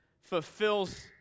fulfills